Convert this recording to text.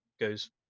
goes